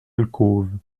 alcôve